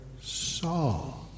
Saul